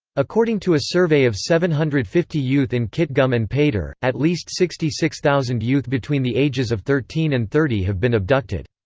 according to a survey of seven hundred and fifty youth in kitgum and pader, at least sixty six thousand youth between the ages of thirteen and thirty have been abducted.